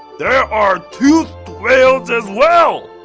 there are toothed whales as well!